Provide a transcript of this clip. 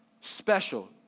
special